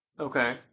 Okay